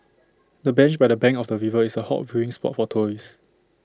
the bench by the bank of the river is A hot viewing spot for tourists